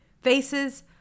faces